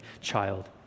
child